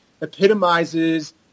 epitomizes